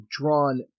drawn